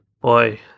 Boy